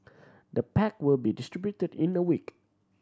the pack will be distributed in a week